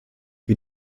wir